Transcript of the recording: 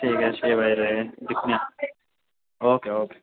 ठीक ऐ छे बजे ते दिक्खने आं ओके ओके